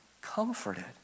comforted